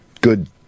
good